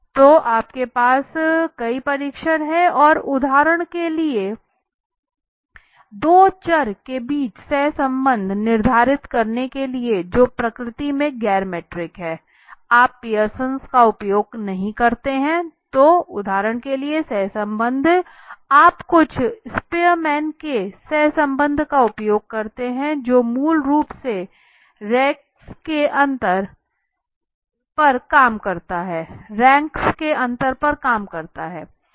तो आपके पास कई परीक्षण हैं और उदाहरण के लिए दो चर के बीच सहसंबंध निर्धारित करने के लिए जो प्रकृति में गैर मीट्रिक हैं आप पियर्सन का उपयोग नहीं करते हैं तो उदाहरण के लिए सहसंबंध आप कुछ स्पीयरमैन के सहसंबंध का उपयोग करते हैं जो मूल रूप से रैंक्स के अंतर पर काम करता है